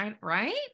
right